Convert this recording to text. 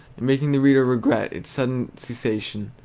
and making the reader regret its sudden cessation.